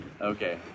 Okay